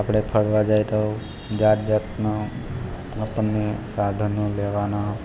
આપણે ફરવા જાઈએ તો જાતજાતનો આપણને સાધનો લેવાનો